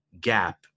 gap